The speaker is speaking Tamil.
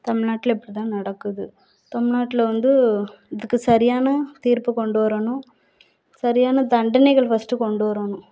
தமிழ்நாட்டுல இப்படிதான் நடக்குது தமிழ்நாட்ல வந்து இதுக்கு சரியான தீர்ப்பு கொண்டு வரணும் சரியான தண்டனைகள் ஃபஸ்ட்டு கொண்டு வரணும்